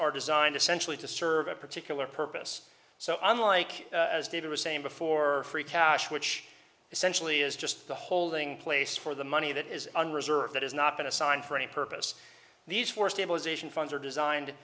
are designed essentially to serve a particular purpose so unlike as david was saying before free cash which essentially is just the holding place for the money that is an reserve that has not been assigned for any purpose these for stabilization funds are designed